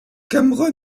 cameron